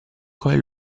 quale